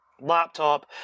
laptop